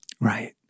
right